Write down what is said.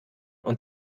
und